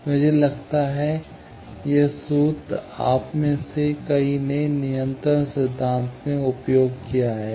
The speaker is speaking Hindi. मुझे लगता है यह सूत्र आप में से कई ने नियंत्रण सिद्धांत में उपयोग किया है